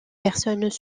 personnes